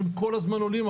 שהם כל הזמן עולים,